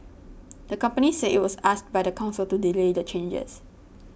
the company said it was asked by the council to delay the changes